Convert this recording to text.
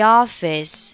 office